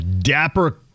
Dapper